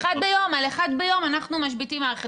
על אחד ביום אנחנו משביתים מערכת.